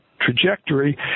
trajectory